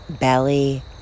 belly